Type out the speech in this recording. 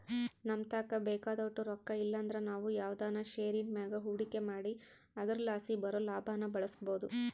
ನಮತಾಕ ಬೇಕಾದೋಟು ರೊಕ್ಕ ಇಲ್ಲಂದ್ರ ನಾವು ಯಾವ್ದನ ಷೇರಿನ್ ಮ್ಯಾಗ ಹೂಡಿಕೆ ಮಾಡಿ ಅದರಲಾಸಿ ಬರೋ ಲಾಭಾನ ಬಳಸ್ಬೋದು